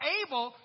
able